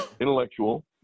intellectual